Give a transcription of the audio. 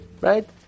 Right